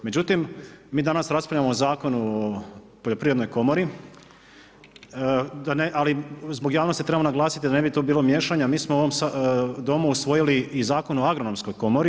Međutim, mi danas raspravljamo o Zakonu o poljoprivrednoj komori, ali zbog javnosti trebamo naglasiti da ne bi tu bilo miješanja, mi smo u ovom Domu usvojili i Zakon o agronomskoj komori.